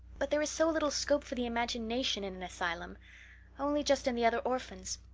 but there is so little scope for the imagination in an asylum only just in the other orphans.